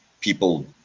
people